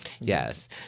Yes